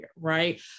right